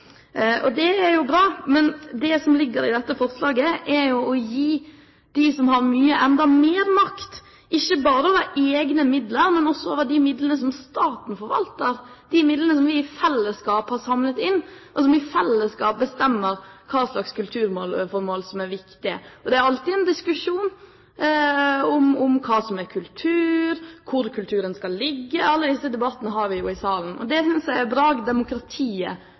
ønsker. Det er jo bra, men det som ligger i dette forslaget, er å gi de som har mye, enda mer makt, ikke bare over egne midler, men også over de midlene som staten forvalter – de midlene som vi i fellesskap har samlet inn, og hvor vi i fellesskap skal bestemme hva slags kulturformål som er viktige. Det er alltid en diskusjon om hva som er kultur, hvor kulturinstitusjonene skal ligge – alle disse debattene har vi jo i salen. Jeg synes det er bra at demokratiet